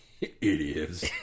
idiots